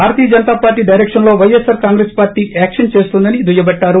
భారతీయ జనతాపార్లీ డైరెక్షన్లో YSR Congress party action చేస్తోందని దుయ్యబట్టారు